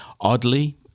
oddly